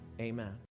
amen